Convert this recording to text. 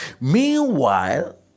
Meanwhile